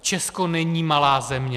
Česko není malá země.